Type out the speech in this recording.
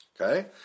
okay